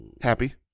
Happy